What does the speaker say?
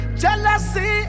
jealousy